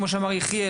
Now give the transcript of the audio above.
כמו שאמר יחיאל,